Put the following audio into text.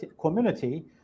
community